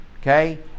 Okay